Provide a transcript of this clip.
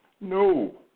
No